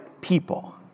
people